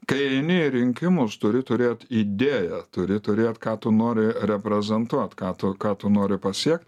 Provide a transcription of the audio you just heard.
kai eini į rinkimus turi turėt idėją turi turėt ką tu nori reprezentuot ką tu ką tu nori pasiekt